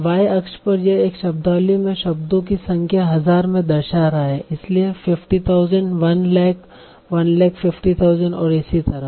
Y अक्ष पर यह एक शब्दावली में शब्दों की संख्या हजार में दर्शा रहा है इसलिए 50000 100000 150000 और इसी तरह